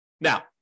Now